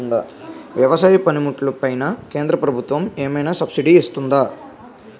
వ్యవసాయ పనిముట్లు పైన కేంద్రప్రభుత్వం ఏమైనా సబ్సిడీ ఇస్తుందా?